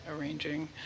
arranging